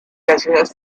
canciones